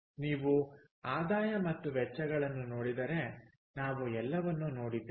ನೀವು ಆದಾಯ ಮತ್ತು ವೆಚ್ಚಗಳನ್ನು ನೋಡಿದರೆ ನಾವು ಎಲ್ಲವನ್ನೂ ನೋಡಿದ್ದೇವೆ